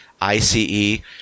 I-C-E